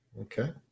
Okay